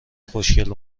خوشگل